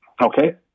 Okay